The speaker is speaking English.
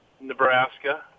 Nebraska